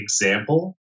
example